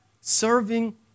Serving